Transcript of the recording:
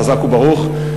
חזק וברוך.